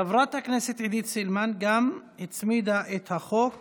חברת הכנסת עידית סילמן הצמידה את החוק